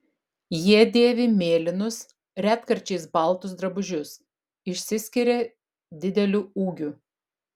jie dėvi mėlynus retkarčiais baltus drabužius išsiskiria dideliu ūgiu